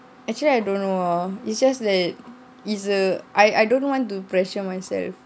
actually I don't know ah it's just that is a I I don't want to pressure myself